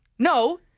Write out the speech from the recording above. No